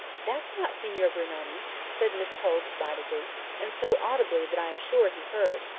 that's not signor brunoni! said miss pole decidedly and so audibly that i am sure he heard,